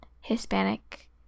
hispanic